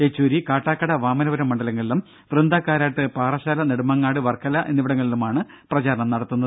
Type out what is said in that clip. യെച്ചൂരി കാട്ടാക്കട വാമനപുരം മണ്ഡലങ്ങളിലും വ്യന്ദ കാരാട്ട് പാറശ്ശാല നെടുമങ്ങാട് വർക്കല എന്നിവടങ്ങളിലുമാണ് പ്രചാരണം നടത്തുന്നത്